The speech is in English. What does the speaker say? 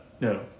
no